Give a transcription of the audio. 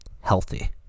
healthy